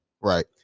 Right